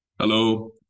Hello